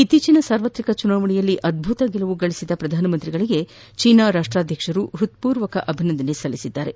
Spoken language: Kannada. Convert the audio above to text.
ಇತ್ತೀಚಿನ ಸಾರ್ವತ್ರಿಕ ಚುನಾವಣೆಗಳಲ್ಲಿ ಅದ್ಬುತ ಗೆಲುವು ಸಾಧಿಸಿದ ಪ್ರಧಾನಮಂತ್ರಿಯವರಿಗೆ ಚೇನಾ ಅಧ್ಯಕ್ಷರು ಹೃತ್ಪೂರ್ವಕ ಅಭಿನಂದನೆ ಸಲ್ಲಿಸಿದ್ದಾರೆ